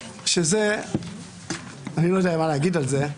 שאני לא יודע מה להגיד על זה,